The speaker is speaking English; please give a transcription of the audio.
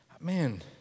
Man